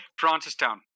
Francistown